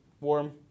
warm